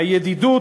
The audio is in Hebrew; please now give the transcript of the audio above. הידידות